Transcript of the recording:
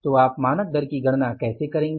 तो आप मानक दर की गणना कैसे करेंगे